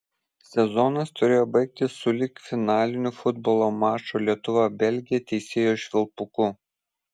sezonas turėjo baigtis sulig finaliniu futbolo mačo lietuva belgija teisėjo švilpuku